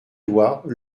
doigts